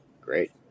Great